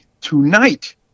Tonight